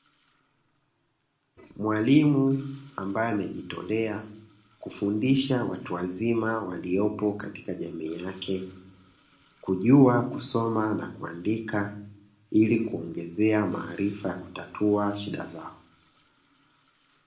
Mwalimu ambaye amejitolea kufundisha watu wazima, waliopo katika jamii yake kujua kusoma na kuandika. Ili kuwaongezea maarifa na kutatua shida zao.